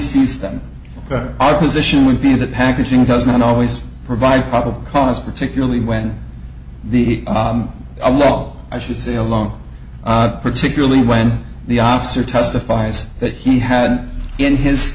says that our position would be that packaging does not always provide probable cause particularly when the a law i should say alone particularly when the officer testifies that he had in his